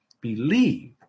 Believe